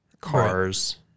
cars